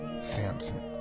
Samson